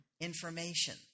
information